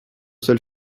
seul